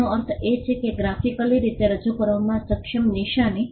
તેનો અર્થ એ છે કે ગ્રાફિકલી રીતે રજૂ કરવામાં સક્ષમ નિશાની